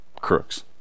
crooks